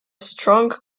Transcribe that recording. strong